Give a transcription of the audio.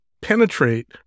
penetrate